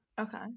okay